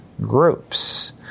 groups